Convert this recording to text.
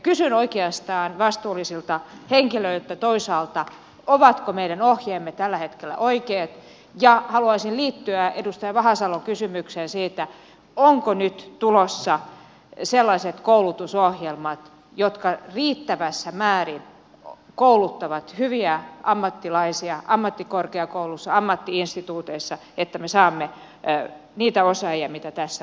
kysyn oikeastaan vastuullisilta henkilöiltä toisaalta ovatko meidän ohjeemme tällä hetkellä oikeat ja haluaisin liittyä edustaja vahasalon kysymykseen siitä onko nyt tulossa sellaiset koulutusohjelmat jotka riittävässä määrin kouluttavat hyviä ammattilaisia ammattikorkeakouluissa ammatti instituuteissa että me saamme niitä osaajia mistä tässä on tarve